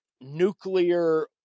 nuclear